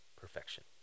perfection